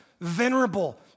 venerable